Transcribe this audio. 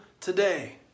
today